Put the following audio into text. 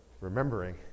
remembering